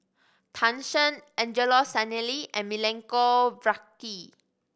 Tan Shen Angelo Sanelli and Milenko Prvacki